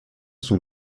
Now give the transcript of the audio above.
son